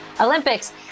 Olympics